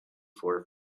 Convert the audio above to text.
four